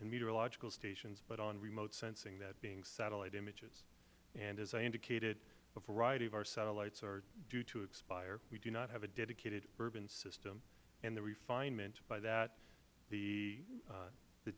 and meteorological stations but on remote sensing that being satellite images and as i indicated a variety of our satellites are due to expire we do not have a dedicated urban system and the refinements by that the